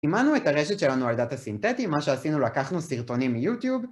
סימנו את הרשת שלנו על דאטה סינתטי, מה שעשינו לקחנו סרטונים מיוטיוב